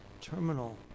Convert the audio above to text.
terminal